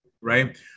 right